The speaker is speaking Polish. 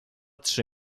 trzy